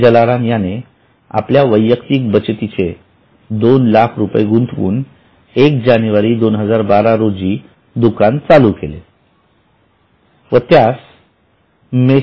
जलाराम याने आपल्या वैयक्तिक बचतीचे २००००० रुपये गुंतवून १ जानेवारी २०१२ रोजी दुकान चालू केले व त्यास मे